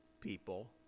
people